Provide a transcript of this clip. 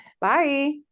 bye